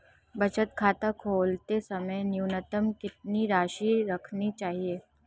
बचत खाता खोलते समय न्यूनतम कितनी राशि रखनी चाहिए?